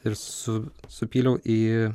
ir su supyliau į